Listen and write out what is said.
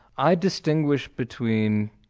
i distinguish between,